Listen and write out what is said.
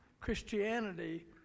Christianity